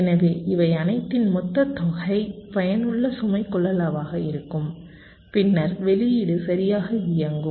எனவே இவை அனைத்தின் மொத்த தொகை பயனுள்ள சுமை கொள்ளளவாக இருக்கும் பின்னர் வெளியீடு சரியாக இயங்கும்